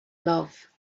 love